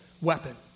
weapon